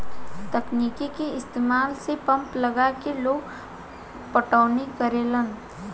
तकनीक के इस्तमाल से पंप लगा के लोग पटौनी करेला